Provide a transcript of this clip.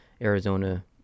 Arizona